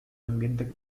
ambiente